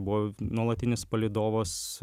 buvo nuolatinis palydovas